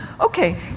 Okay